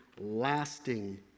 lasting